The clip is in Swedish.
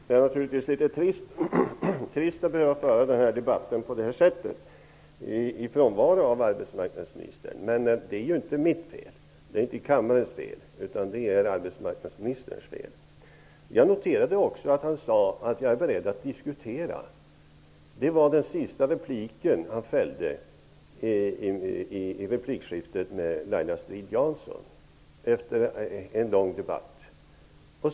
Herr talman! Det är naturligtvis litet trist att behöva föra denna debatt på ett sådant här sätt, i frånvaro av arbetsmarknadsministern. Men det är ju inte mitt fel, och det är inte kammarens fel. Det är arbetsmarknadsministerns fel. Jag noterade också att arbetsmarknadsministern sade att han är beredd att diskutera. Det var den sista replik som han fällde i replikskiftet mellan Laila Strid-Jansson och honom, efter en lång debatt.